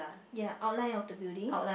ya outline of the building